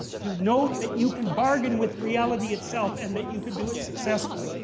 to note that you can bargain with reality itself and that you can do it successfully.